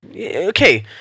okay